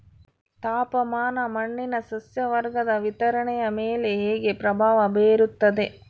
ತಾಪಮಾನ ಮಣ್ಣಿನ ಸಸ್ಯವರ್ಗದ ವಿತರಣೆಯ ಮೇಲೆ ಹೇಗೆ ಪ್ರಭಾವ ಬೇರುತ್ತದೆ?